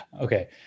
Okay